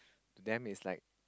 to them is like